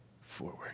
forward